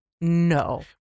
No